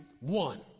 one